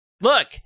Look